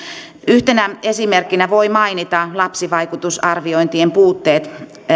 yhtenä esimerkkinä voi mainita lapsivaikutusarviointien puutteet